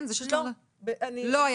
לא, לא.